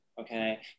Okay